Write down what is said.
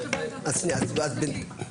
קובעת הנצחה לדמויות בכירות מקום המדינה,